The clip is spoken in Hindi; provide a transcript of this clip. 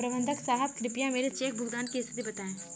प्रबंधक साहब कृपया मेरे चेक भुगतान की स्थिति बताएं